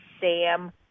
Sam